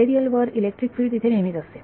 material वर electric field तिथे नेहमीच असते